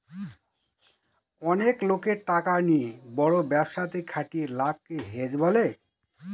অনেক লোকের টাকা নিয়ে বড় ব্যবসাতে খাটিয়ে লাভকে হেজ বলে